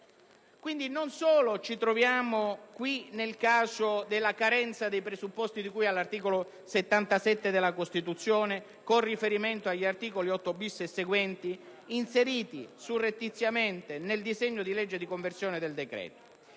Quindi, non solo ci troviamo nel caso della carenza dei presupposti di cui all'articolo 77 della Costituzione, con riferimento agli articoli 8-*bis* e seguenti inseriti surrettiziamente nel disegno di legge di conversione del decreto‑legge,